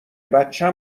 بچه